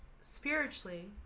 spiritually